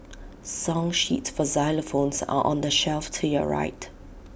song sheets for xylophones are on the shelf to your right